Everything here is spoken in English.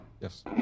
Yes